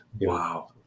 Wow